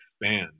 expand